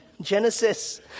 Genesis